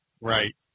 Right